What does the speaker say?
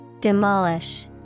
Demolish